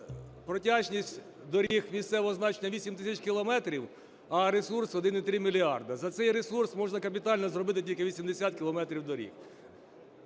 протяжність доріг місцевого значення - 8 тисяч кілометрів, а ресурс – 1,3 мільярди. За цей ресурс можна капітально зробити тільки 80 кілометрів доріг,